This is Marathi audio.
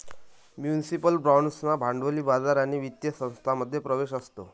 म्युनिसिपल बाँड्सना भांडवली बाजार आणि वित्तीय संस्थांमध्ये प्रवेश असतो